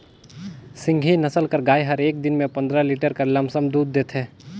सिंघी नसल कर गाय हर एक दिन में पंदरा लीटर कर लमसम दूद देथे